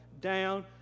down